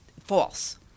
false